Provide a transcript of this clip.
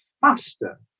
faster